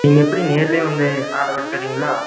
நீங்கள் எப்படி நேர்லையே வந்து அளவெடுத்துர்றீங்களா